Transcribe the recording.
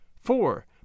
Four